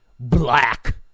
Black